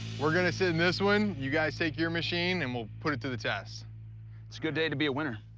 we're going to sit in this one. you guys take your machine, and we'll put it to the test. it's a good day to be a winner.